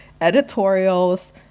Editorials